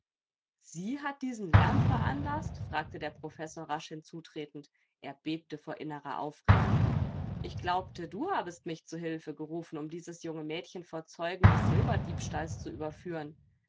sie hat diesen lärm veranlaßt fragte der professor rasch hinzutretend er bebte vor innerer aufregung ich glaubte du habest mich zu hilfe gerufen um dieses junge mädchen vor zeugen des silberdiebstahls zu überführen